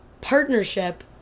partnership